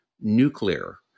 nuclear